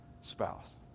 spouse